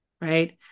right